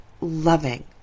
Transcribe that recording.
loving